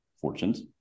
Fortunes